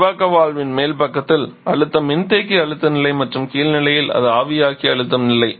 விரிவாக்க வால்வின் மேல் பக்கத்தில் அழுத்தம் மின்தேக்கி அழுத்த நிலை மற்றும் கீழ்நிலையில் அது ஆவியாக்கி அழுத்தம் நிலை